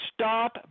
stop